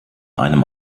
einem